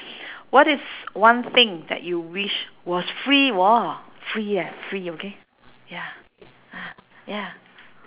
what is one thing that you wish was free !war! free eh free okay ya ah ya